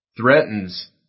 threatens